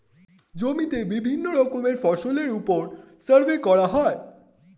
জমিতে বিভিন্ন রকমের ফসলের উপর সার্ভে করা হয়